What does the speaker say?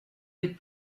des